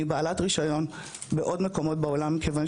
אני בעלת רישיון בעוד מקומות בעולם מכיוון